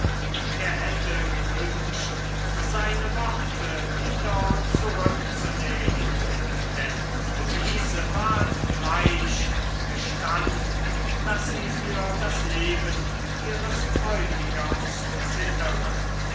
er hätte gewünscht seine worte wieder zurückzunehmen denn luise ward bleich und gestand daß sie für das leben ihres bräutigams zittere